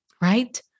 right